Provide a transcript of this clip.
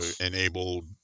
enabled